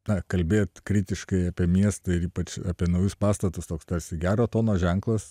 na kalbėt kritiškai apie miestą ir ypač apie naujus pastatus toks tarsi gero tono ženklas